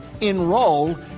Enroll